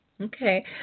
Okay